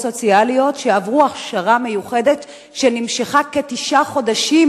סוציאליות שעברו הכשרה מיוחדת שנמשכה כתשעה חודשים,